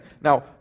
Now